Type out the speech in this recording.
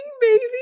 baby